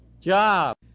Job